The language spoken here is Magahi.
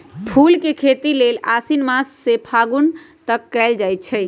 फूल के खेती लेल आशिन मास से फागुन तक कएल जाइ छइ